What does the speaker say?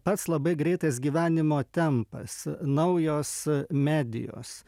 pats labai greitas gyvenimo tempas naujos medijos